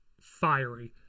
fiery